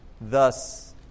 thus